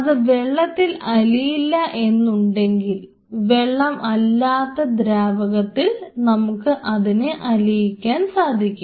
അത് വെള്ളത്തിൽ അലിയില്ല എന്നുണ്ടെങ്കിൽ വെള്ളം അല്ലാത്ത ദ്രാവകത്തിൽ നമുക്ക് അതിനെ അറിയിക്കാൻ സാധിക്കും